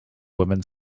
woman